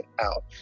out